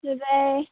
ते बाई